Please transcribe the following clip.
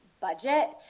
budget